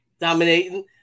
Dominating